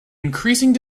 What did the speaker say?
increasing